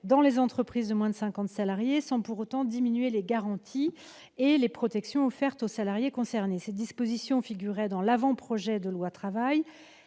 dans les entreprises de moins de cinquante salariés, sans pour autant diminuer les garanties et les protections offertes aux salariés concernés. Cette disposition, qui figurait dans l'avant-projet de la loi